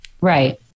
right